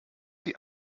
die